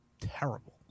terrible